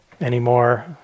anymore